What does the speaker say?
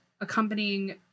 accompanying